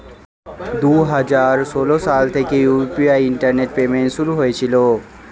দুই হাজার ষোলো সাল থেকে ইউ.পি.আই ইন্টারনেট পেমেন্ট শুরু হয়েছিল